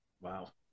wow